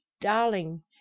darling